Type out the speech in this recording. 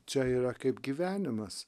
čia yra kaip gyvenimas